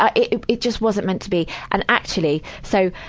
ah it it just wasn't meant to be. and, actually, so,